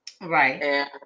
right